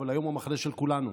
אבל היום הוא המחנה של כולנו,